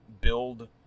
build